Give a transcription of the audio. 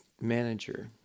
manager